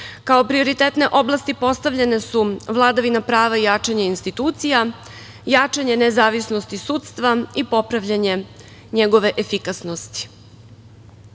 prioritetne oblasti postavljene su vladavina prava i jačanje institucija, jačanje nezavisnosti sudstva i popravljanje njegove efikasnosti.U